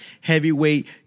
heavyweight